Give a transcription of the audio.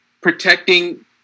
protecting